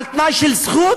על תנאי של זכות,